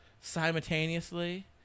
simultaneously